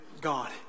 God